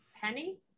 Penny